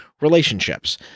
relationships